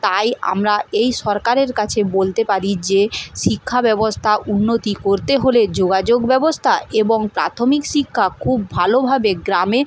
তাই আমরা এই সরকারের কাছে বলতে পারি যে শিক্ষা ব্যবস্থা উন্নতি করতে হলে যোগাযোগ ব্যবস্থা এবং প্রাথমিক শিক্ষা খুব ভালোভাবে গ্রামে